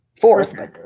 Fourth